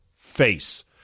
face